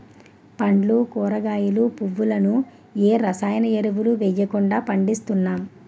పండ్లు కూరగాయలు, పువ్వులను ఏ రసాయన ఎరువులు వెయ్యకుండా పండిస్తున్నాం